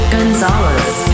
Gonzalez